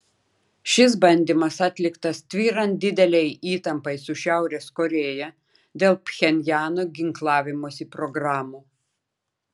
šis bandymas atliktas tvyrant didelei įtampai su šiaurės korėja dėl pchenjano ginklavimosi programų